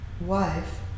wife